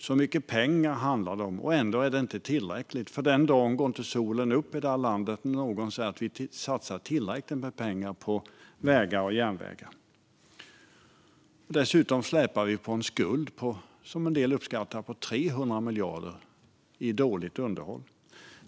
Så mycket pengar handlar det om, och ändå är det inte tillräckligt. Den dagen går nämligen inte solen upp när någon i det här landet säger att vi satsar tillräckligt med pengar på vägar och järnvägar. Dessutom släpar vi på en skuld, som en del uppskattar till 300 miljarder, för dåligt underhåll.